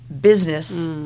business